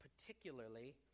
particularly